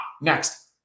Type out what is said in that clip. Next